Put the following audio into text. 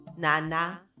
Nana